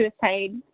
suicide